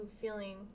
feeling